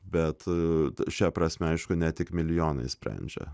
bet šia prasme aišku ne tik milijonai sprendžia